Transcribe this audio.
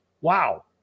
wow